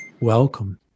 welcome